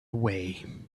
away